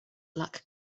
lack